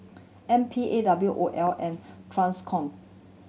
N P A W O L and Transcom